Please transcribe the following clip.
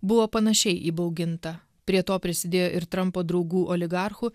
buvo panašiai įbauginta prie to prisidėjo ir trampo draugų oligarchų